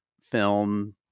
film